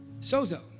sozo